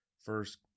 first